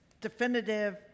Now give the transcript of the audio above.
definitive